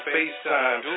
FaceTime